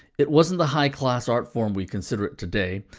it wasn't the high class art form we consider it today.